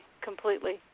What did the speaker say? completely